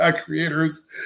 creators